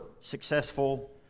successful